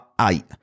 eight